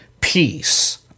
peace